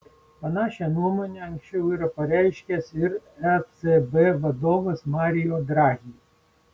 panašią nuomonę anksčiau yra pareiškęs ir ecb vadovas mario draghi